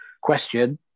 question